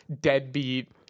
deadbeat